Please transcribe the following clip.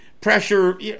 pressure